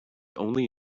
only